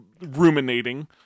ruminating